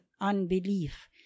unbelief